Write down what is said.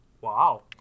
Wow